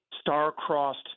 star-crossed